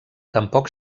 tampoc